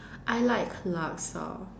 I like laksa